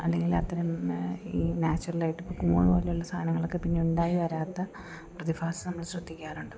അല്ലെങ്കിൽ അത്രയും ഈ നാച്ചുറലായിട്ട് ഇപ്പം കൂൺ പോലെയുള്ള സാധനങ്ങളൊക്കെ പിന്നെ ഉണ്ടായി വരാത്ത പ്രതിഭാസങ്ങൾ ശ്രദ്ധിക്കാറുണ്ട്